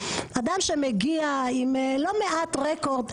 אדם שמגיע עם לא מעט רקורד,